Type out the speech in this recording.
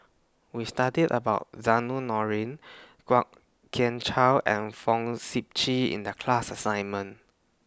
We studied about Zainudin Nordin Kwok Kian Chow and Fong Sip Chee in The class assignment